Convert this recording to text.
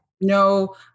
no